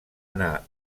anar